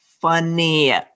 funny